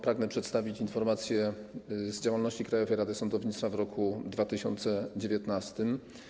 Pragnę przedstawić informację o działalności Krajowej Rady Sądownictwa w roku 2019.